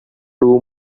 two